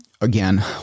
Again